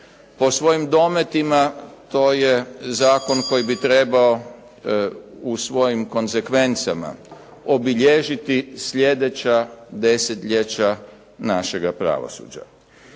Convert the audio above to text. po svojim dometima to je Zakon koji bi trebao u svojim konzekvencama obilježiti sljedeća desetljeća našega pravosuđa.